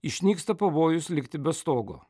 išnyksta pavojus likti be stogo